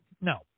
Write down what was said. no